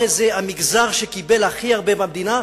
הרי זה המגזר שקיבל הכי הרבה במדינה,